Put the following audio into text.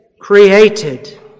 created